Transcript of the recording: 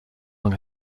hung